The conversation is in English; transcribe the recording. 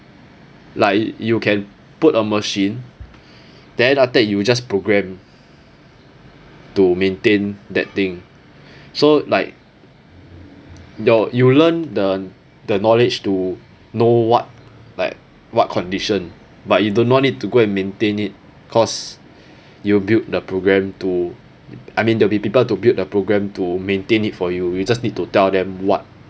like you can put a machine then after that you just programme to maintain that thing so like you learn that the knowledge to know what like what condition but you do not need to go and maintain it cause you build the programme to I mean there will be people to build a programme to maintain it for you you just need to tell them what